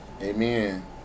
Amen